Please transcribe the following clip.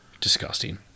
Disgusting